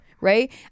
right